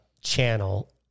channel